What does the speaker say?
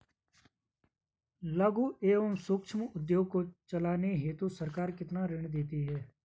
लघु एवं सूक्ष्म उद्योग को चलाने हेतु सरकार कितना ऋण देती है?